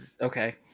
okay